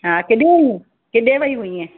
हा किॾे वई किॾे वई हुईएं